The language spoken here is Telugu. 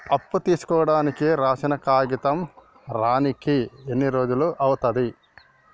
అప్పు తీసుకోనికి రాసిన కాగితం రానీకి ఎన్ని రోజులు అవుతది?